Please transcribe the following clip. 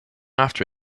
after